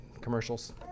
commercials